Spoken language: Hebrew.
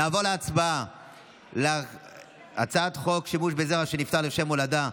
נעבור להצבעה על הצעת חוק שימוש בזרע של נפטר לשם הולדה,